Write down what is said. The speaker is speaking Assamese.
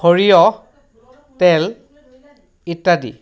সৰিয়হ তেল ইত্যাদি